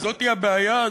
וזאת הבעיה,